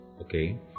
Okay